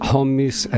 Homies